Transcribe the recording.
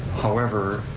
however,